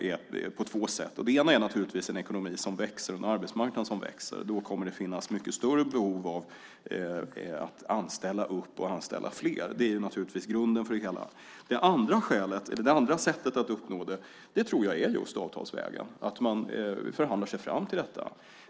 Det första är att ha en ekonomi som växer och en arbetsmarknad som växer. Då kommer det att finnas mycket större behov av att anställa upp och anställa fler. Det andra sättet att uppnå det är att gå avtalsvägen. Då förhandlar man sig fram till detta.